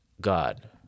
God